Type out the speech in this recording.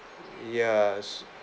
ya